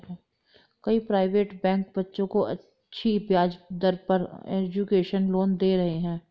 कई private bank बच्चों को अच्छी ब्याज दर पर एजुकेशन लोन दे रहे है